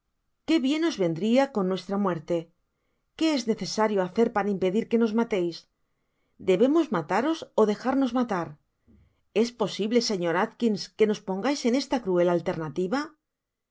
qué bien os vendria con nuestra muerte qué es necesario hacer para impedir que nos mateis debemos mataros ó dejarnos matar es posible sr atkins que nos pongais en esta cruel alternativa